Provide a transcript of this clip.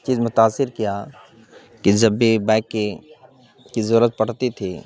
چیز متاثر کیا کہ جب بھی بائک کی کی ضرورت پڑتی تھی